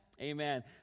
Amen